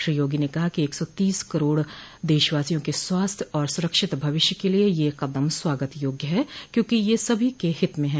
श्री योगी ने कहा कि एक सौ तीस करोड़ देशवासियों के स्वास्थ्य और सुरक्षित भविष्य के लिये यह कदम स्वागत योग्य है क्यांकि यह सभी के हित में हैं